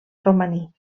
romaní